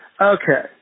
Okay